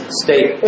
state